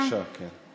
כן, בבקשה, כן.